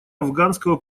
афганского